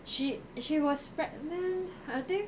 she she was pregnant I think